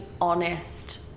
honest